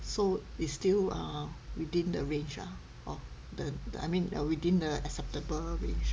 so it's still err within the range ah hor the the I mean within the acceptable range